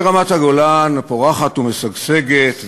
ורמת-הגולן פורחת ומשגשגת,